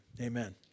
Amen